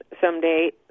someday